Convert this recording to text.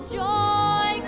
joy